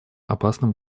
опасным